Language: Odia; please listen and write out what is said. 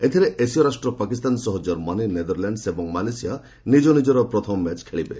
ଏଥରେ ଏସୀୟ ରାଷ୍ଟ୍ର ପାକିସ୍ତାନ ସହ ଜର୍ମାନୀ ନେଦରଲ୍ୟାଣ୍ଡ୍ସ ଏବଂ ମ୍ୟାଲେସିଆ ନିକନିକର ପ୍ରଥମ ମ୍ୟାଚ୍ ଖେଳିବେ